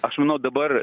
aš manau dabar